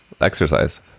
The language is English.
exercise